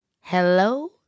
hello